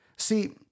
See